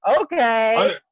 Okay